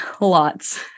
lots